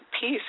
peace